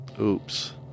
oops